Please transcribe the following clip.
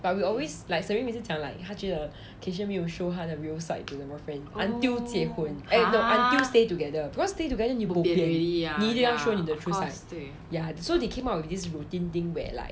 but we always like serene 每次讲 like 她觉得 kaysha 没有 show 她的 real side to 她的 boyfriend until 结婚 eh no until together stay because together you bo pian already 你一定要 show 你的 true side ya so they came up with this routine thing where like